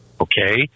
Okay